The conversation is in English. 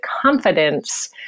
confidence